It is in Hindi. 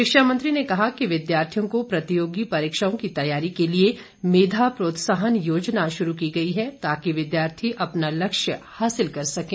शिक्षा मंत्री ने कहा कि विद्यार्थियों को प्रतियोगी परीक्षाओं की तैयारी के लिए मेधा प्रोत्साहन योजना शुरू की गई है ताकि विद्यार्थी अपना लक्ष्य हासिल कर सकें